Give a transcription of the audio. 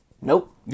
nope